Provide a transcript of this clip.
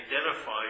identify